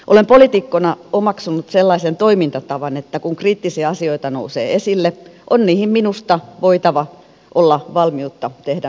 olen poliitikkona omaksunut sellaisen toimintatavan että kun kriittisiä asioita nousee esille on niihin minusta voitava olla valmiutta tehdä myös muutoksia